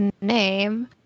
name